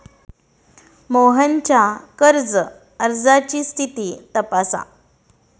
मोहनच्या कर्ज अर्जाची स्थिती तपासा